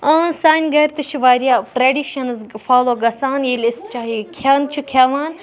اۭں سانہِ گرِ تہِ چھِ واریاہ ٹریڈشَنٕز فَلو گژھان ییٚلہِ أسۍ چاہے کھؠن چھ کھؠوان